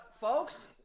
folks